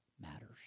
matters